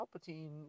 Palpatine